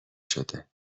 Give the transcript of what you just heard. شده